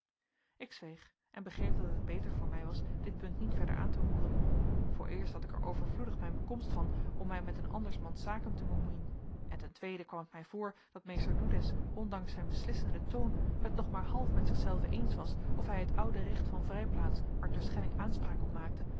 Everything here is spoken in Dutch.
ik zweeg en begreep dat het beter voor mij was dit punt niet verder aan te roeren vooreerst had ik er overvloedig mijn bekomst van om mij met eens andersmans zaken te bemoeien en ten tweede kwam het mij voor dat meester doedes ondanks zijn beslissenden toon het nog maar half met zichzelven eens was of hij het oude recht van vrijplaats waar terschelling aanspraak op maakte